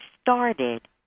started